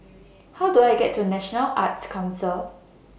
How Do I get to National Arts Council